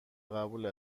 قبول